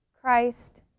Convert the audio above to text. Christ